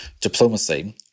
diplomacy